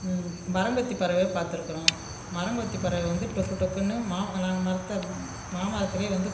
மரங்கொத்திப் பறவையை பார்த்துருக்குறோம் மரங்கொத்திப் பறவை வந்து டொக்கு டொக்குன்னு மாம் நாங்கள் மரத்தை மாமரத்திலயே வந்து